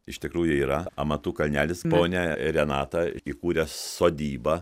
iš tikrųjų yra amatų kalnelis ponia renata įkūrė sodybą